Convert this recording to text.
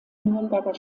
nürnberger